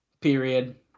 Period